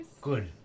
Good